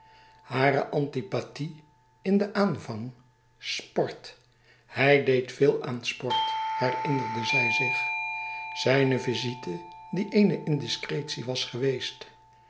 hare antipathie in den aanvang sport hij deed veel aan sport herinnerde zij zich zijne visite die eene indiscretie was geweest